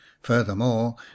Furthermore